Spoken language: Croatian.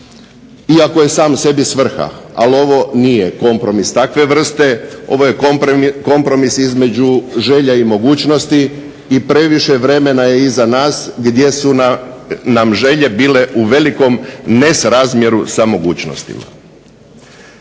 ako je sam sebi svrha. Ali ovo nije kompromis takve vrste. Ovo je kompromis između želja i mogućnosti i previše vremena je iza nas gdje su nam želje bile u velikom nesrazmjeru sa mogućnostima.